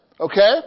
okay